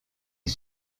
est